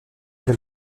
que